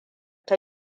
ta